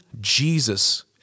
Jesus